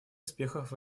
успехов